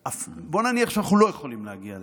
ובוא נניח שאנחנו לא יכולים להגיע לזה?